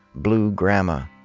blue gramma,